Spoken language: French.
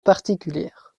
particulière